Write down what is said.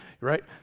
Right